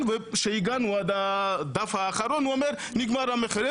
וכשהגענו לדף האחרון הוא אומר שנגמר המכר.